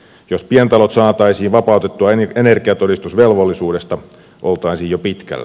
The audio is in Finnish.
jos pientalot saataisiin vapautettua energiatodistusvelvollisuudesta oltaisiin jo pitkällä